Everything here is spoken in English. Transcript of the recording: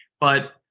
but